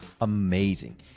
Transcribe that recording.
amazing